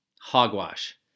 hogwash